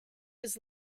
was